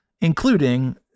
including